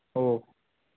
ഓ